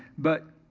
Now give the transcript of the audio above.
but,